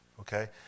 Okay